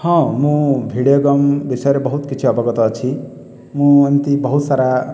ହଁ ମୁଁ video game ବିଷୟରେ ବହୁତ କିଛି ଅବଗତ ଅଛି ମୁଁ ଏମିତି ବହୁତ ସାରା